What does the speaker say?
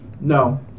No